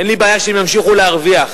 אין לי בעיה שהן ימשיכו להרוויח,